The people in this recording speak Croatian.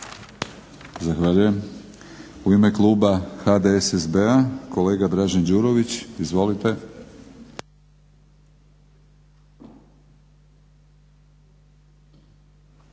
Zahvaljujem. U ime kluba HDSSB-a kolega Dražen Đurović. Izvolite.